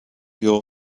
your